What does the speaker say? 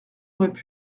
auraient